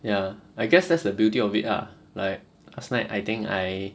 ya I guess that's the beauty of it ah like last night I think I